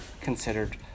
considered